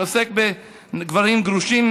שעוסק במצוקותיהם של גברים גרושים,